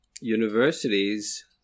universities